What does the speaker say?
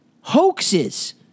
hoaxes